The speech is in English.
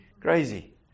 crazy